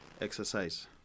exercise